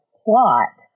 plot